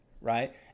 right